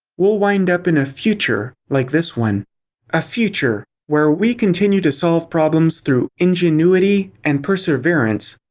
we'll wind up in a future like this one a future where we continue to solve problems through ingenuity and perseverance,